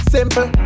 Simple